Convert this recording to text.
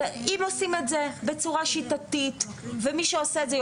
אם עושים את זה בצורה שיטתית ומי שעושה את זה,